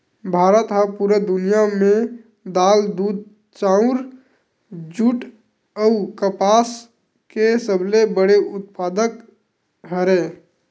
भारत हा पूरा दुनिया में दाल, दूध, चाउर, जुट अउ कपास के सबसे बड़े उत्पादक हरे